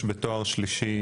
בתואר שלישי